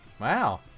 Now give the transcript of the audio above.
Wow